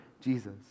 Jesus